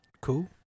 Cool